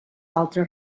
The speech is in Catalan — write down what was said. altre